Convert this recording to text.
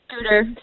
scooter